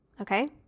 okay